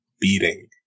beating